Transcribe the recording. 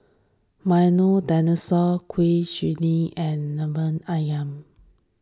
Milo Dinosaur Kuih Suji and Lemper Ayam